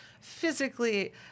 physically